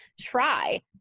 try